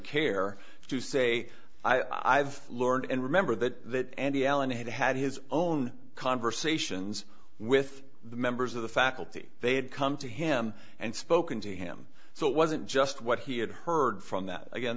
care to say i've learned and remember that alan had had his own conversations with the members of the faculty they had come to him and spoken to him so it wasn't just what he had heard from that again